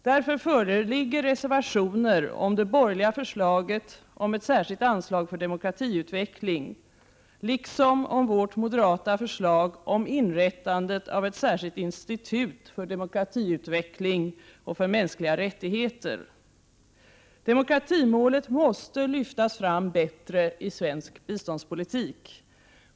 Därför föreligger reservationer om det borgerliga förslaget om ett särskilt anslag för demokratiutveckling, liksom om vårt moderata förslag om inrättande av ett särskilt institut för demokratiutveckling och mänskliga rättigheter. Demokratimålet måste lyftas fram bättre i svensk biståndspolitik.